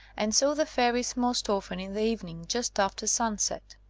and saw the fairies most often in the evening just after sun set.